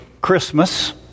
Christmas